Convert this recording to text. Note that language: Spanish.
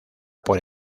por